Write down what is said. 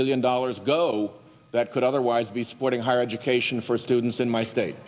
million dollars go that could otherwise be supporting higher education for students in my state